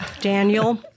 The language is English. Daniel